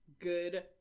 good